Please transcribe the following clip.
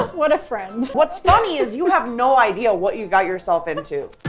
what a friend. what's funny is you have no idea what you've got yourself into.